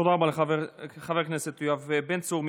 תודה רבה לחבר הכנסת יואב בן צור.